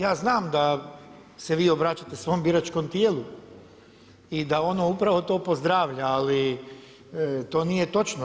Ja znam da se obraćate svom biračkom tijelu i da ono upravo to pozdravlja ali to nije točno.